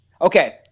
Okay